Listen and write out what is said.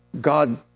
God